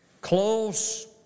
close